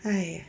!aiya!